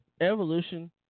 Evolution